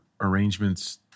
arrangements